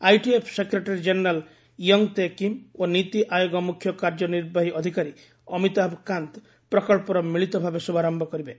ITF secretary general Young Tae Kim ଓ ନୀତି ଆୟୋଗ ମୁଖ୍ୟ କାର୍ଯ୍ୟନିର୍ବାହୀ ଅଫିସର୍ ଅମିତାଭ୍ କାନ୍ତ୍ ପ୍ରକଳ୍ପର ମିଳିତ ଭାବେ ଶୁଭାରମ୍ଭ କରିବେ